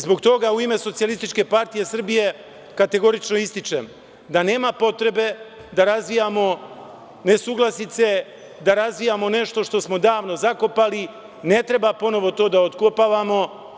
Zbog toga u ime SPS kategorično ističem da nema potrebe da razvijamo nesuglasice, da razvijamo nešto što smo davno zakopali, ne treba ponovo to da otkopavamo.